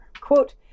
Quote